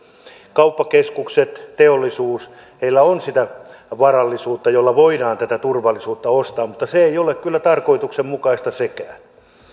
kauppakeskuksilla teollisuudella on sitä varallisuutta jolla voidaan tätä turvallisuutta ostaa mutta sekään ei ole kyllä tarkoituksenmukaista